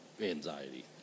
anxiety